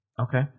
Okay